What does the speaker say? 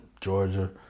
Georgia